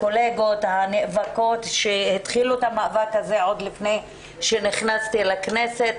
הקולגות הנאבקות שהתחילו את המאבק הזה עוד לפני שנכנסתי לכנסת,